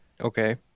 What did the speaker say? Okay